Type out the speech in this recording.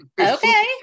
Okay